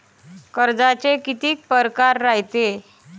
कर्जाचे कितीक परकार रायते?